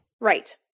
Right